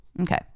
okay